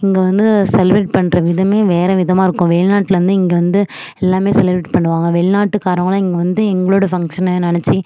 இங்கே வந்து செலிப்ரேட் பண்ணுற விதமே வேறு விதமாக இருக்கும் வெளிநாட்டில இருந்து இங்கே வந்து எல்லாமே செலிப்ரேட் பண்ணுவாங்க வெளிநாட்டுக்காரவங்களும் இங்கே வந்து எங்களோட ஃபங்க்ஷனை நினச்சு